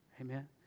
Amen